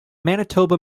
manitoba